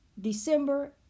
December